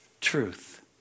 truth